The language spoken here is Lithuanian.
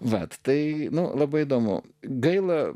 vat tai nu labai įdomu gaila